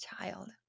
child